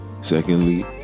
Secondly